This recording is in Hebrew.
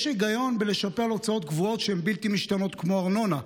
יש היגיון בלשפות על הוצאות קבועות שהן בלתי משתנות כמו ארנונה.